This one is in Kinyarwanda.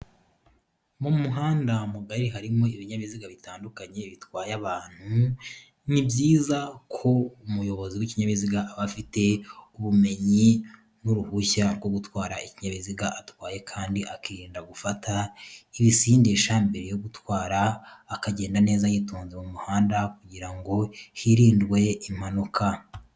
Mu muhanda mugari harimo ibinyabiziga bitandukanye bitwate abantu, ni byiza ko umuyobozi w'ikinyabiziga aba afite ubumenyi ndetse n'uruhushya rwo gutwa ikinyabiziga atwaye kandi akirinda gufata ibisindisha mbere yo gutwara akagenda neza yitonze mu muhanda kugirango hirindwe impanuka